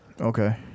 Okay